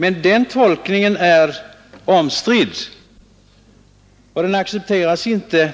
Men den tolkningen är omstridd och accepteras tills vidare